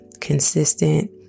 consistent